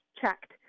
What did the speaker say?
checked